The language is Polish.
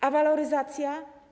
A waloryzacja?